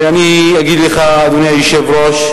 ואני אגיד לך, אדוני היושב-ראש,